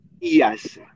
Yes